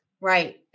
Right